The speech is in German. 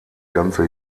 ganze